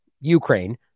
Ukraine